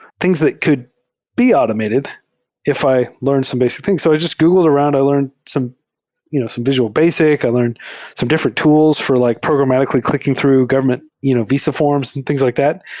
things that could be automated if i learned some basic things. so i googled around. i learned some you know some visual basic. i learned some different tools for like programmatically clicking through government you know visa forms and things like that,